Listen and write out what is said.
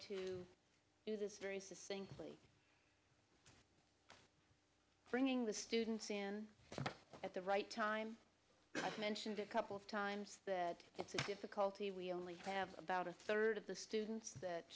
to do this very succinctly bringing the students in at the right time i mentioned a couple of times that the difficulty we only have about a third of the students that